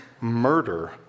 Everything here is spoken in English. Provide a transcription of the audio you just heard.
murder